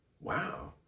wow